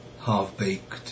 half-baked